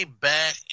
back